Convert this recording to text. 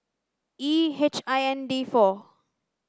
E H I N D four